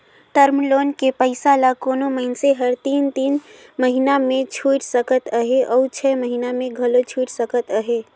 term loan के पइसा ल कोनो मइनसे हर तीन तीन महिना में छुइट सकत अहे अउ छै महिना में घलो छुइट सकत अहे